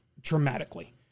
dramatically